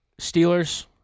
Steelers